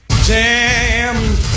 Jam